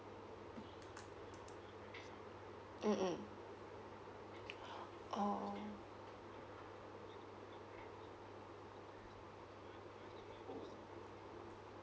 mm mm orh